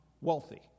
wealthy